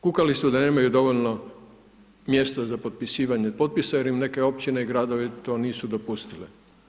Kukali su da nemaju dovoljno mjesta za potpisivanje potpisa jer im neke općine i gradovi to nisu dopustile.